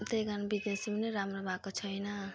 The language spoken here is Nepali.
त्यही कारण बिजनेस पनि राम्रो भएको छैन